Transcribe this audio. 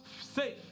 safe